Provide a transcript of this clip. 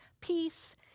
peace